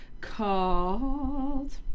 called